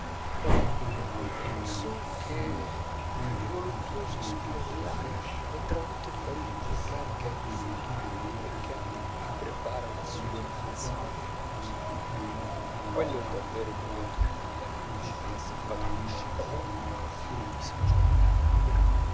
e un non so che di voluttuoso spira nell'aria mentre la notte di parigi carica di follie e di peccati prepara le sue insidie famose quello è davvero il momento in cui la grande città s'impadronisce di voi e